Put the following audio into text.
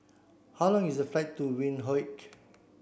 how long is the flight to Windhoek